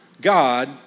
God